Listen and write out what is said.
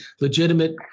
legitimate